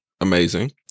amazing